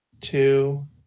two